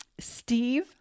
Steve